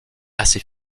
assez